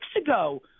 ago